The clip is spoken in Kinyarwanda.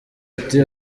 ati